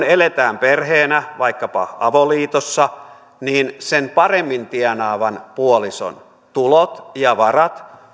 eletään perheenä vaikkapa avoliitossa niin sen paremmin tienaavan puolison tulot ja varat